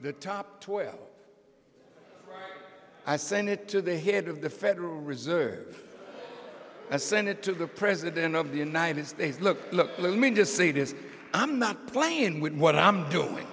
the top twelve i sent it to the head of the federal reserve i sent it to the president of the united states look look let me just say this i'm not playin with what i'm doing